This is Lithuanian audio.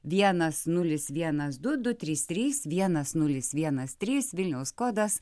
vienas nulis vienas du du trys trys vienas nulis vienas trys vilniaus kodas